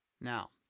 Now